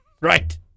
Right